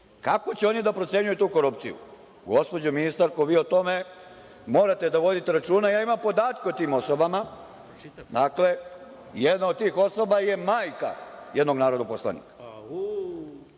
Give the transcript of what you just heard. Kako će oni da procenjuju tu korupciju? Gospođo ministarko, vi o tome morate da vodite računa. Ja imam podatke o tim osobama. Dakle, jedna od tih osoba je majka jednom narodnom poslaniku,